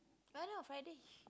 yeah I know Friday